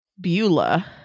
Beulah